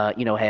ah you know,